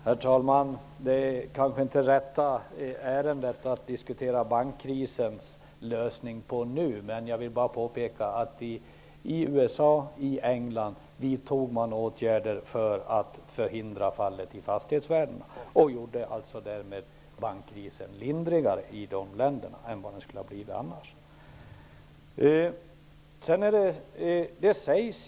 Herr talman! Detta kanske inte är rätta ärendet för att diskutera bankkrisens lösning. Jag vill bara påpeka att man i USA och England vidtog åtgärder för att förhindra fastighetsvärdenas fall. Man gjorde därmed bankkrisen lindrigare i de länderna än den annars skulle ha blivit.